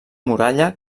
muralla